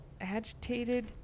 agitated